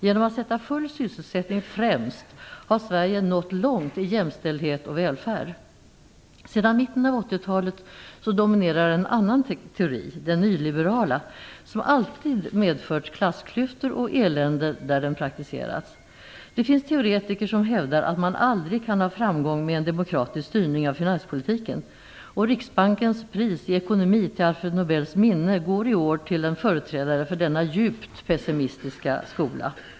Genom att sätta full sysselsättning främst har Sverige nått långt i jämställdhet och välfärd. Sedan mitten av 80-talet dominerar en annan teori, den nyliberala, som alltid medfört klassklyftor och elände där den praktiserats. Det finns teoretiker som hävdar att man aldrig kan ha framgång med en demokratisk styrning av finanspolitiken, och Riksbankens pris i ekonomi till Alfred Nobels minne går i år till en företrädare för denna djupt pessimistiska skola.